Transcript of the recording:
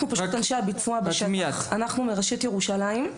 בתור אנשי הביצוע בשטח מרשות ירושלים.